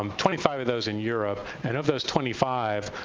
um twenty five of those in europe, and of those twenty five,